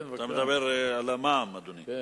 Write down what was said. אתה מדבר על המע"מ, אדוני?